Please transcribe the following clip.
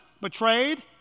betrayed